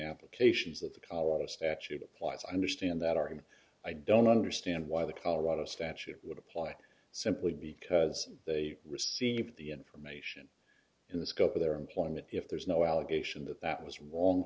applications that the colorado statute applies i understand that argument i don't understand why the colorado statute would apply simply because they receive the information in the scope of their employment if there's no allegation that that was wrong